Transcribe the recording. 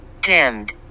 dimmed